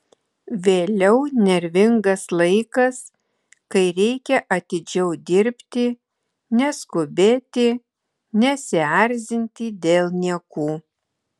vėliau nervingas laikas kai reikia atidžiau dirbti neskubėti nesierzinti dėl niekų